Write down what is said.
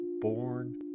born